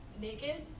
naked